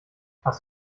hast